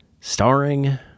starring